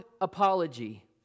apology